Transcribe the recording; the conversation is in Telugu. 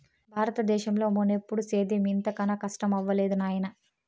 బారత దేశంలో మున్నెప్పుడూ సేద్యం ఇంత కనా కస్టమవ్వలేదు నాయనా